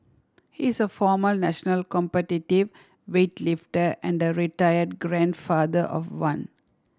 he is a former national competitive weightlifter and a retired grandfather of one